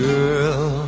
Girl